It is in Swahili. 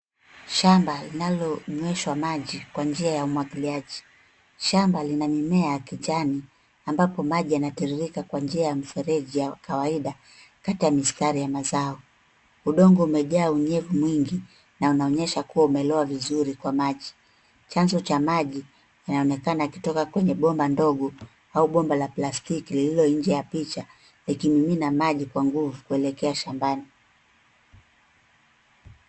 Shamba linalonyweshwa maji kwa njia ya umwagiliaji. Shamba lina mimea ya kijani ambapo maji yanatiririka kwa njia ya mfereji ya kawaida kati ya mistari ya mazao. Udongo umejaa unyevu mwingi na unaonyesha kuwa umelowa vizuri kwa maji. Chanzo cha maji inaonekana ikitoka kwenye bomba ndogo au bomba la plastiki lililo nje ya picha likimimina maji kwa nguvu kuelekea shambani.